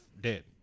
dead